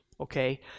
okay